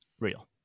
Real